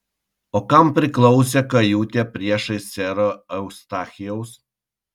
o kam priklausė kajutė priešais sero eustachijaus